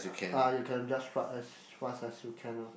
ah you can just ride as fast as you can lor